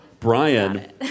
Brian